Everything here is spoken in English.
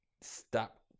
stop